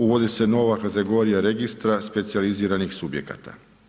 Uvodi se nova kategorija registra specijaliziranih subjekata.